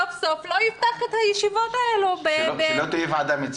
יפתח את הישיבות --- שלא תהיה ועדה,